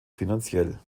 finanziell